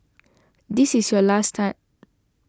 this is your last time